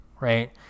right